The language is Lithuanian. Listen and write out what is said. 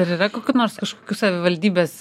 ar yra kokių nors kažkokių savivaldybės